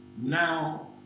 Now